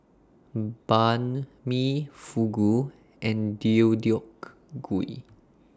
Banh MI Fugu and Deodeok Gui